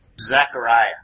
Zechariah